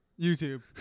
YouTube